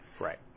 Right